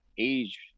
age